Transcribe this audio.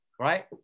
right